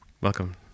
welcome